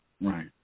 right